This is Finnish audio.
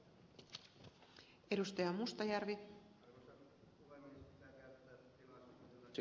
arvoisa puhemies